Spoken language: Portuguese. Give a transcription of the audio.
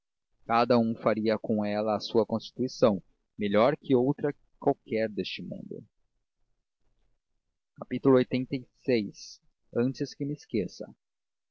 cada um faria com ela a sua constituição melhor que outra qualquer deste mundo lxxxvi antes que me esqueça